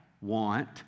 want